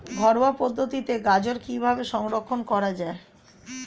ঘরোয়া পদ্ধতিতে গাজর কিভাবে সংরক্ষণ করা?